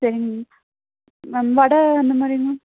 செரிங்க ma'am ma'am வடை இந்த மாதிரி மேம்